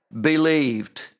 believed